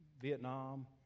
Vietnam